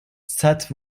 seth